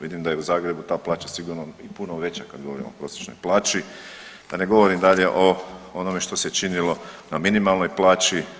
Vidim da je u Zagrebu ta plaća sigurno i puno veća kada govorimo o prosječnoj plaći, da ne govorim dalje o onome što se činilo na minimalnoj plaći.